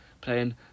playing